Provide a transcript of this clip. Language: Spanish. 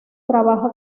trabaja